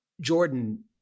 Jordan